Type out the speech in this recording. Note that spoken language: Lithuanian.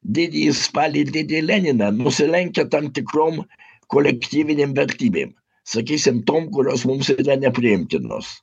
didįjį spalį ir didįjį leniną nusilenkia tam tikrom kolektyvinėm vertybėm sakysim tom kurios mums nepriimtinos